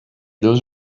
those